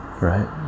right